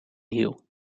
hiel